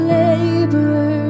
labor